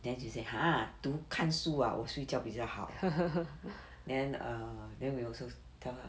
then she say !huh! 读看书啊我睡觉比较好 then err then we also tell her